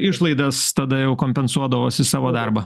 išlaidas tada jau kompensuodavosi savo darbą